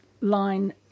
line